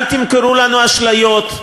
אל תמכרו לנו אשליות.